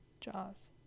jaws